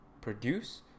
produce